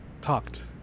talked